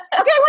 okay